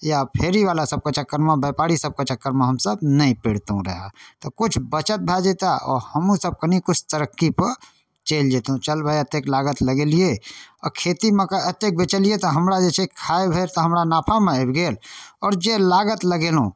या फेरीवलासबके चक्करमे बेपारी सबके चक्करमे हमसभ नहि पड़ितौं रहै तऽ किछु बचत भऽ जैते आओर हमहूँसभ कनि किछु तरक्कीपर चलि जइतौं चल भाइ एतेक लागत लगेलिए आओर खेतीमेके एतेक बेचलिए तऽ हमरा जे छै खाइ भरि तऽ हमरा नफामे आबि गेल आओर जे लागत लगेलहुँ